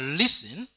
listen